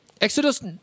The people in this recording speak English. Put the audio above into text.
Exodus